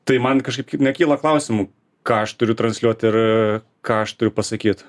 tai man kažkaip nekyla klausimų ką aš turiu transliuoti ir ką aš turiu pasakyt